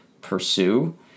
pursue